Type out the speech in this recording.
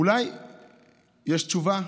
אולי יש תשובה,